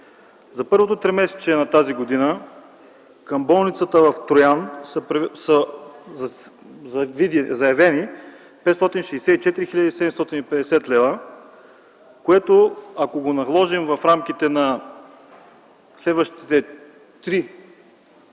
За първото тримесечие на тази година към болницата в Троян са заявени 564 750 лв., които, ако наложим в рамките на следващите четири